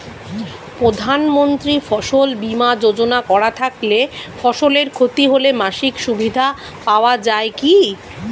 প্রধানমন্ত্রী ফসল বীমা যোজনা করা থাকলে ফসলের ক্ষতি হলে মাসিক সুবিধা পাওয়া য়ায় কি?